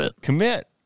Commit